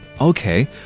Okay